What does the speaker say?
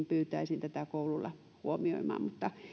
pyytäisin koululla huomioimaan mutta